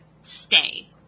stay